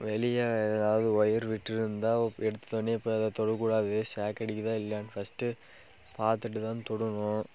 வெளிய ஏதாவது ஒயர் விட்டிருந்தா எடுத்தோவுன்னே போய் அதை தொடக்கூடாது ஷாக் அடிக்குதா இல்லையானு ஃபஸ்ட்டு பார்த்துட்டுதான் தொடணும்